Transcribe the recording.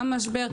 גם משבר.